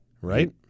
right